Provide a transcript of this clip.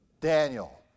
Daniel